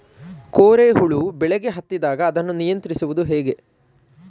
ಕೋರೆ ಹುಳು ಬೆಳೆಗೆ ಹತ್ತಿದಾಗ ಅದನ್ನು ನಿಯಂತ್ರಿಸುವುದು ಹೇಗೆ?